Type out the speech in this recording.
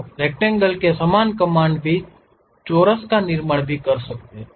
तो रक्टैंगल के समान कमांड भी चोरस का निर्माण कर सकता है